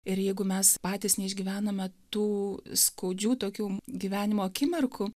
ir jeigu mes patys neišgyvenome tų skaudžių tokių gyvenimo akimirkų